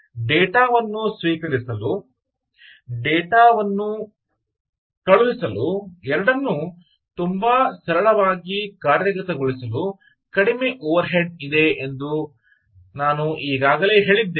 data ವನ್ನು ಸ್ವೀಕರಿಸಲು data ವನ್ನು ಕಳುಹಿಸಲು ಎರಡನ್ನೂ ತುಂಬಾ ಸರಳವಾಗಿ ಕಾರ್ಯಗತಗೊಳಿಸಲು ಕಡಿಮೆ ಓವರ್ಹೆಡ್ ಇದೆ ಎಂದು ನಾನು ಈಗಾಗಲೇ ಹೇಳಿದ್ದೇನೆ